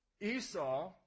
Esau